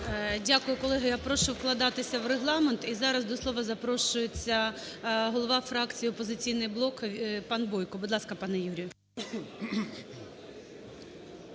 Дякую. Колеги, я прошу вкладатися у Регламент. І зараз до слова запрошується голова фракції "Опозиційний блок" пан Бойко. Будь ласка, пане Юрію.